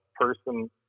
person